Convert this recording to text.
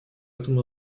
этом